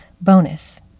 Bonus